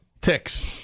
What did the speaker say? Ticks